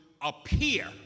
appear